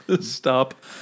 stop